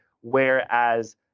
whereas